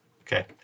Okay